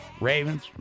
Ravens